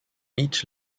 each